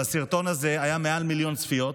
אבל לסרטון הזה היו מעל מיליון צפיות.